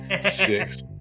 six